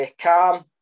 calm